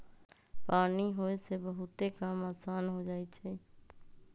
पानी होय से बहुते काम असान हो जाई छई